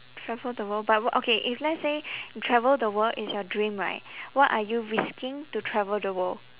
travel the world but wha~ okay if let's say travel the world is your dream right what are you risking to travel the world